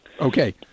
Okay